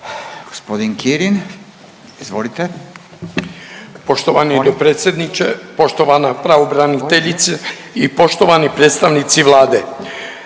**Kirin, Ivan (HDZ)** Poštovani dopredsjedniče, poštovana pravobraniteljice i poštovani predstavnici Vlade.